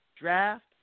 draft